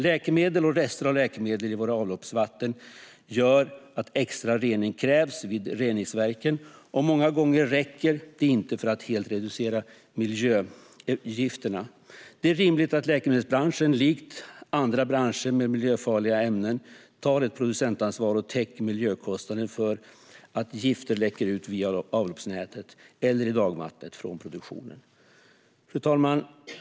Läkemedel och rester av läkemedel i våra avloppsvatten gör att extra rening krävs vid reningsverken, och många gånger räcker det inte för att helt reducera miljögifterna. Det är rimligt att läkemedelsbranschen, likt andra branscher med miljöfarliga ämnen, tar ett producentansvar och täcker miljökostnaden för att gifter läcker ut via avloppsnätet eller i dagvattnet från produktionen. Fru talman!